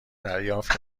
دریافت